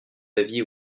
aviez